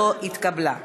לא התקבלה.